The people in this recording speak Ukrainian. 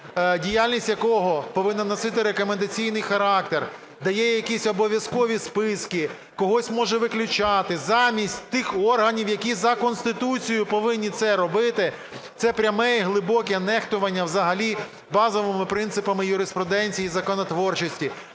діяльність якого повинна носити рекомендаційний характер, дає якісь обов'язкові списки, когось може виключати замість тих органів, які за Конституцією повинні це робити, це пряме і глибоке нехтування взагалі базовими принципами юриспруденції і законотворчості,